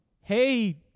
Hey